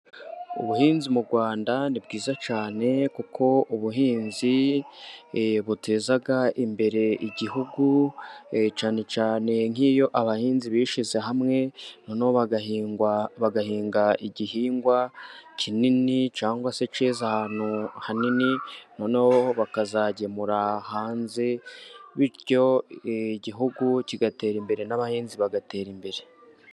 Ubuhinzi mu Rwanda ni bwiza cyane, kuko ubuhinzi buteza imbere igihugu, cyane cyane nk'iyo abahinzi bishyize hamwe, noneho bagahinga igihingwa kinini cyangwa se cyeze ahantu hanini, noneho bakazagemura hanze, bityo igihugu kigatera imbere n'abahinzi bagatera imbere.